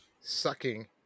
sucking